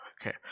Okay